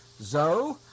Zoe